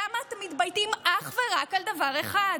למה אתם מתבייתים אך ורק על דבר אחד,